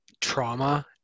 trauma